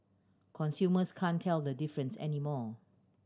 consumers can't tell the difference anymore